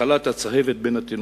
מחלת הצהבת בין התינוקות,